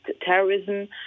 terrorism